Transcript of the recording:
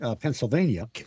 Pennsylvania